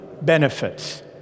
benefits